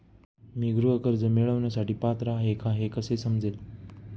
मी गृह कर्ज मिळवण्यासाठी पात्र आहे का हे कसे समजेल?